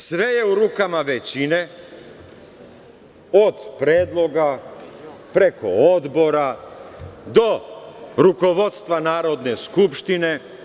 Sve je u rukama većine, od predloga preko odbora, do rukovodstva Narodne skupštine.